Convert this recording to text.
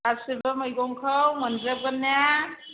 गासिबो मैगंखौ मोनजोबगोन ने